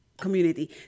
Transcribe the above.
community